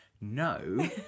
No